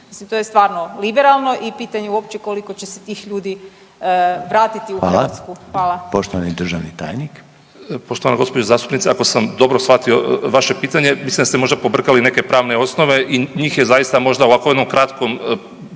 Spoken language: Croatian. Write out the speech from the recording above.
mislim to je stvarno liberalno i pitanje je uopće koliko će se tih ljudi vratiti u Hrvatsku. Hvala. **Reiner, Željko (HDZ)** Hvala. Poštovani državni tajnik. **Katić, Žarko** Poštovana gospođo zastupnice ako sam dobro shvatio vaše pitanje, mislim da ste možda pobrkali neke pravne osnove i njih je zaista možda u ovako jednom kratkom